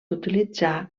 utilitzar